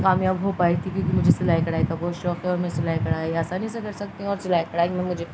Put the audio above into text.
کامیاب ہو پائیھی کیونکہ مجے سائیڑائی کا بہت شوق ہے اور میں سلائی کڑائی آسانی سے کر سک ہوں اور سلائی کڑھائی میں مجھے